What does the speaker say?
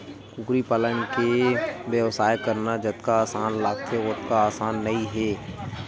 कुकरी पालन के बेवसाय करना जतका असान लागथे ओतका असान नइ हे